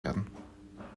werden